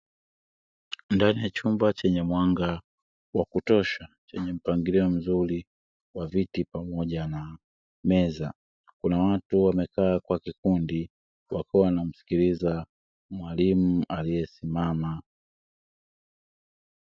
Ndani ya chumba chenye mwanga wa kutosha, chenye mpangilio mzuri wa viti pamoja na meza. Kuna watu wamekaa kwa kikundi wakiwa wanamsikiliza mwalimu aliyesimama.